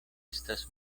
estas